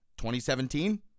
2017